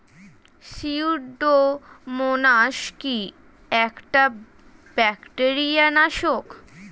Pseudomonas কি একটা bacteria নাশক?